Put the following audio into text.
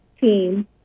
team